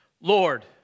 Lord